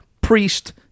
Priest